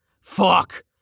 Fuck